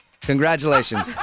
Congratulations